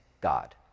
God